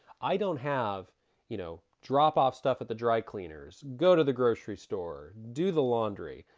i don't have you know drop off stuff at the dry cleaners, go to the grocery store, do the laundry.